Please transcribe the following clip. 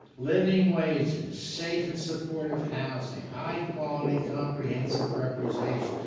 living wages. safe and supportive housing. high quality comprehensive representation.